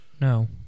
No